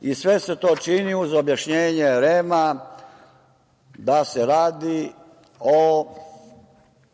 i sve se to čini uz objašnjenje REM-a da se radi o